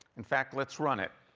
in fact, let's run it.